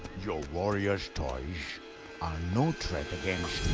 your warrior's toys are no threat against